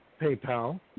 PayPal